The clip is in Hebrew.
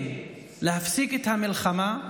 כן, להפסיק את המלחמה,